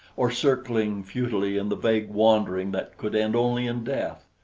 or circling futilely in the vague wandering that could end only in death.